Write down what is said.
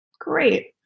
Great